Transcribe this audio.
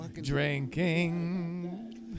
drinking